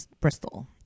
bristol